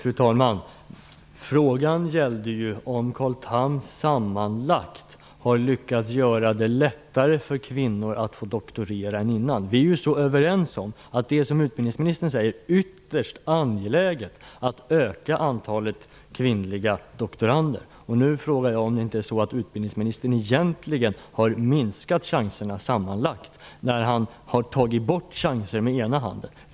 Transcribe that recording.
Fru talman! Frågan gällde ju om Carl Tham sammanlagt har lyckats göra det lättare för kvinnor att doktorera än innan. Vi är överens om att det är ytterst angeläget att öka antalet kvinnliga doktorander. Nu frågar jag om det inte är så att utbildningsministern egentligen har minskat chanserna sammanlagt när han tagit bort chanser med ena handen.